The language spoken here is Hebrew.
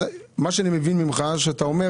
מה שאני מבין ממך זה שאתה אומר